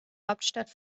hauptstadt